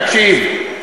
תקשיב.